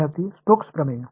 மாணவர் ஸ்டோக்ஸ் தேற்றம்